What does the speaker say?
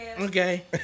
Okay